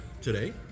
today